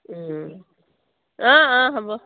অঁ অঁ হ'ব